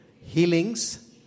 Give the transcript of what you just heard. healings